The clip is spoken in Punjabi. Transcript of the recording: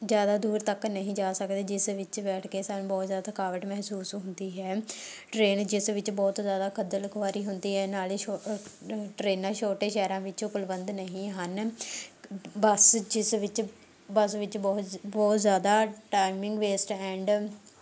ਜ਼ਿਆਦਾ ਦੂਰ ਤੱਕ ਨਹੀਂ ਜਾ ਸਕਦੇ ਜਿਸ ਵਿੱਚ ਬੈਠ ਕੇ ਸਾਨੂੰ ਬਹੁਤ ਜ਼ਿਆਦਾ ਥਕਾਵਟ ਮਹਿਸੂਸ ਹੁੰਦੀ ਹੈ ਟਰੇਨ ਜਿਸ ਵਿੱਚ ਬਹੁਤ ਜ਼ਿਆਦਾ ਖੱਜਲ ਖੁਆਰੀ ਹੁੰਦੀ ਹੈ ਨਾਲ਼ੇ ਛ ਟਰੇਨਾਂ ਛੋਟੇ ਸ਼ਹਿਰਾਂ ਵਿੱਚ ਉਪਲਬਧ ਨਹੀਂ ਹਨ ਬੱਸ ਜਿਸ ਵਿੱਚ ਬੱਸ ਵਿੱਚ ਬਹੁਤ ਬਹੁਤ ਜ਼ਿਆਦਾ ਟਾਈਮਿੰਗ ਵੇਸਟ ਐਂਡ